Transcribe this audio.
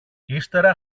ύστερα